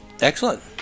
Excellent